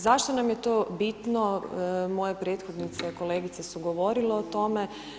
Zašto nam je to bitno, moje prethodnice, kolegice su govorile o tome.